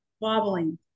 wobbling